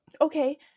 okay